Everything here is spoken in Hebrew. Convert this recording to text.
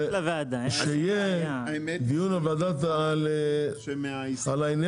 שיהיה דיון על הוועדה על האנרגיה,